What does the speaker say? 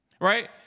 Right